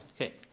Okay